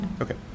Okay